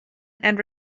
and